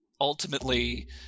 ultimately